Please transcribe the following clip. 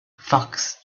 fox